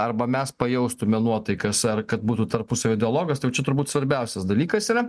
arba mes pajaustume nuotaikas ar kad būtų tarpusavio dialogas tai jau čia turbūt svarbiausias dalykas yra